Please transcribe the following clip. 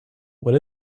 what